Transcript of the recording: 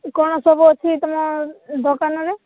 କ'ଣ ସବୁ ଅଛି ତମ ଦୋକାନରେ